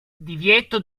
divieto